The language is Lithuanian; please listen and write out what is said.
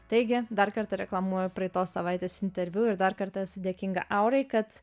taigi dar kartą reklamuoju praeitos savaitės interviu ir dar kartą esu dėkinga aurai kad